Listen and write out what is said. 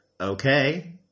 Okay